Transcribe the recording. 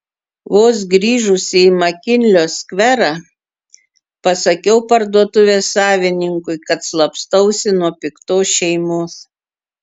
vos grįžusi į makinlio skverą pasakiau parduotuvės savininkui kad slapstausi nuo piktos šeimos